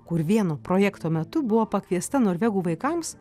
kur vieno projekto metu buvo pakviesta norvegų vaikams